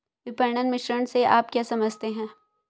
विपणन मिश्रण से आप क्या समझते हैं?